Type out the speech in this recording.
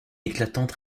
éclatante